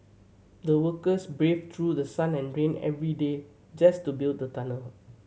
the workers braved through sun and rain every day just to build the tunnel